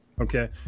Okay